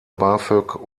bafög